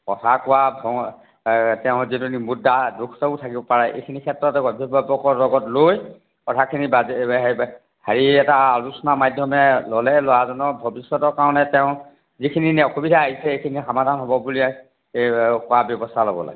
কথা কোৱা ক তেওঁৰ যিটো মুদ্ৰা দোষ থাকিব পাৰে এইখিনি ক্ষেত্ৰত অভিভাৱকৰ লগত লৈ কথাখিনি পাতি হেৰি এটা আলোচনা মাধ্যমেৰে ল'লেহে ল'ৰাজনৰ ভৱিষ্যতৰ কাৰণে তেওঁ যিখিনি অসুবিধা আহিছে সেইখিনি সমাধান হ'ব বুলি কোৱা ব্যৱস্থা ল'ব লাগে